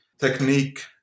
technique